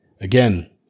again